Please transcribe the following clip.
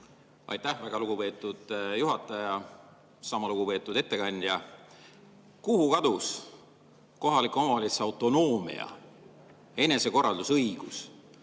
Aitäh, väga lugupeetud juhataja! Sama lugupeetud ettekandja! Kuhu kadus kohaliku omavalitsuse autonoomia ja enesekorraldusõigus?